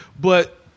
but-